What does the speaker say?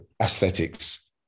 aesthetics